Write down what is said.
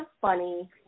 funny